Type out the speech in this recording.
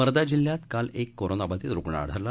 वर्धा जिल्हयात काल एक कोरोनाबाधित रुग्ण आढळला